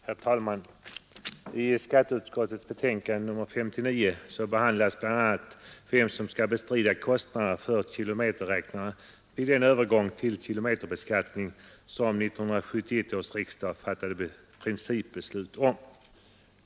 Herr talman! I skatteutskottets betänkande nr 59 behandlas bl.a. frågan om vem som skall bestrida kostnaderna för kilometerräknarna vid den övergång till kilometerbeskattning som 1971 års riksdag fattade principbeslut om.